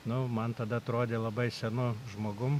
nu man tada atrodė labai senu žmogum